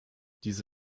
diese